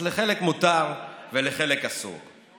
אז לחלק מותר ולחלק אסור.